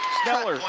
sneller.